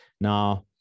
Now